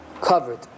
covered